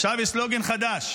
עכשיו יש סלוגן חדש.